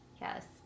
Yes